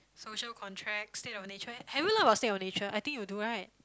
social contract state of nature have you learnt about state of nature I think you do right